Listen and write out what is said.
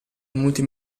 multi